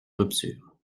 rupture